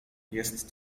jest